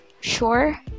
sure